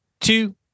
two